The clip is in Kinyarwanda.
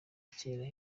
kera